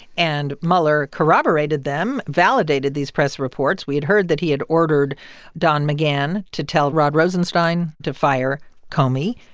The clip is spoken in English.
and mueller corroborated them, validated these press reports we had heard that he had ordered don mcgahn to tell rod rosenstein to fire comey,